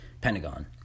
Pentagon